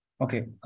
Okay